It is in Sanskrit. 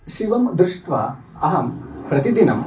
शिवं दृष्ट्वा अहं प्रतिदिनं